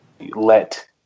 let